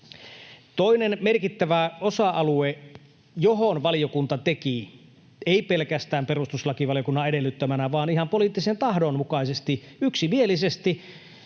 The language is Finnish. Toinen merkittävä osa-alue, johon valiokunta teki muutoksia, ei pelkästään perustuslakivaliokunnan edellyttämänä vaan ihan poliittisen tahdon mukaisesti yksimielisesti